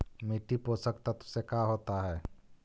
मिट्टी पोषक तत्त्व से का होता है?